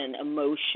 emotion